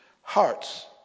hearts